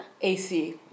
AC